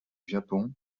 japon